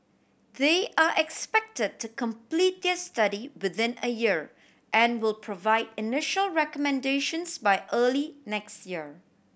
they are expected to complete their study within a year and will provide initial recommendations by early next year